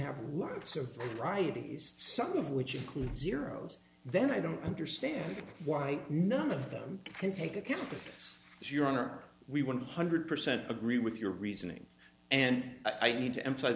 fridays some of which include zeros then i don't understand why none of them can take a chemical your honor we one hundred percent agree with your reasoning and i need to emphasize